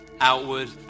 outward